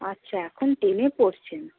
আচ্ছা এখন টেনে পড়ছেন